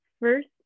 first